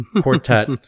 quartet